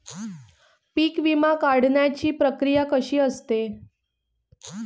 पीक विमा काढण्याची प्रक्रिया कशी असते?